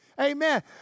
Amen